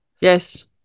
Yes